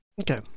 Okay